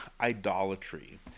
idolatry